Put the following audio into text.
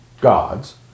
God's